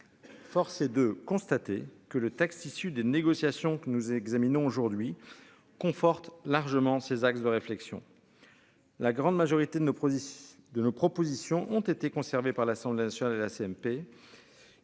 Force est de constater que le texte issu des négociations que nous examinons aujourd'hui conforte largement ses axes de réflexion. La grande majorité de nos produits, de nos propositions ont été conservés par l'Assemblée nationale la CMP.